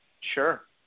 Sure